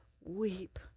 weep